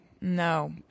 No